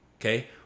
okay